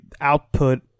output